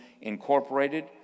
incorporated